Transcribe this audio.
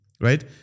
right